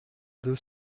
deux